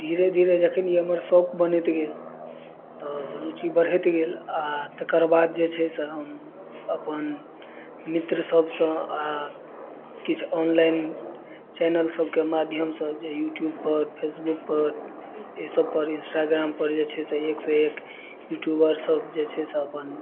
धीरे धीरे जखन ई हमर शौक बनैत गेल तऽ रुचि बढ़ैत गेल आ तकर बाद जे छै से अपन मित्र सबसँ आ किछु ऑनलाइन चैनल सबके माध्यम सँ जे यूट्यूब पर फेसबुक पर एहि सब पर इंस्टाग्राम पर जे छै से एक सऽ एक यूट्यूबर सब जे छै से अपन